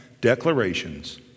declarations